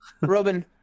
Robin